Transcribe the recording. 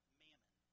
mammon